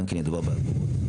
גם כי מדובר באגרות.